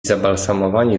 zabalsamowani